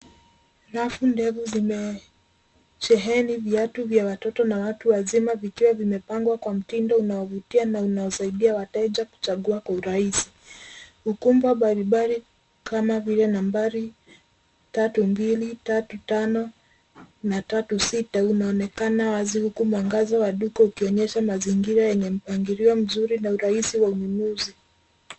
Rafu ndefu zimesheheni viatu vya watoto na watu wazima vikiwa vimepangwa kwa mtindo unaovutia na unaosaidia wateja kuchagua kwa urahisi. Ukumba mbalimbali kama vile nambari, tatu mbili, tatu tano na tatu sita unaonekana wazi huku mwangaza waduka ukionyesha mazingira yenye mpangilio mzuri na urahisi wa ununuzi.